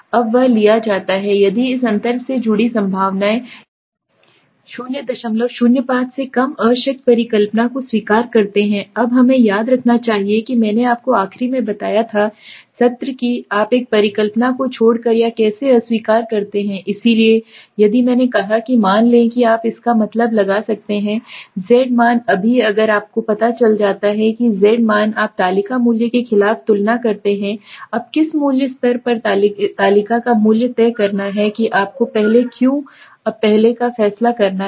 अब वह लिया जाता है यदि इस अंतर से जुड़ी संभावना है 005 से कम अशक्त परिकल्पना को अस्वीकार करते हैं अब हमें याद रखना चाहिए कि मैंने आपको आखिरी में बताया था सत्र भी आप एक परिकल्पना को छोड़कर या कैसे अस्वीकार करते हैं इसलिए यदि मैंने कहा कि मान लें कि आप इसका पता लगा सकते हैं z मान अभी अगर आपको पता चला है कि z मान आप तालिका मूल्य के खिलाफ तुलना करते हैं अब किस मूल्य स्तर पर तालिका का मूल्य तय करना है कि आपको पहले क्यों अब पहले का फैसला करना है